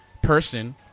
Person